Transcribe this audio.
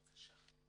עו"ד אווקה בבקשה.